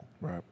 Right